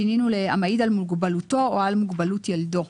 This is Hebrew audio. שינינו ל"המעיד על מוגבלותו או על מוגבלות ילדו".